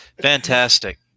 Fantastic